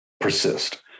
persist